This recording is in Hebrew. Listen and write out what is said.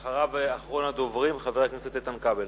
אחריו, אחרון הדוברים, חבר הכנסת איתן כבל.